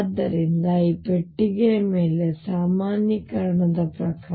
ಆದ್ದರಿಂದ ಈ ಪೆಟ್ಟಿಗೆಯ ಮೇಲೆ ಸಾಮಾನ್ಯೀಕರಣದ ಪ್ರಕಾರ